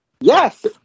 Yes